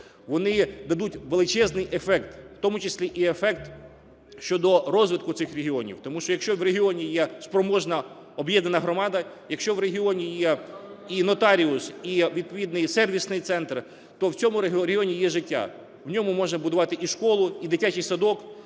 вони дадуть величезний ефект, в тому числі і ефект щодо розвитку цих регіонів. Тому що, якщо в регіоні є спроможна об'єднана громада, якщо в регіоні є і нотаріус, і відповідний сервісний центр, то в цьому регіоні є життя: в ньому можна будувати і школу, і дитячий садок,